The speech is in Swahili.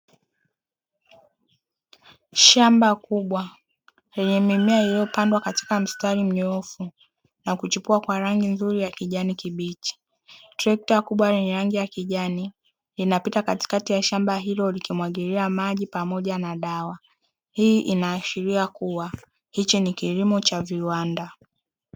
Shamba kubwa lenye mimea iliyopandwa katika mstari mnyoofu na kuchipua kwa rangi nzuri ya kijani kibichi. Trekta kubwa lenye rangi ya kijani linapita katikati ya shamba hilo likimwagilia maji pamoja na dawa. Hii inaashiria kuwa hicho ni kilimo cha viwanda.